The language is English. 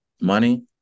money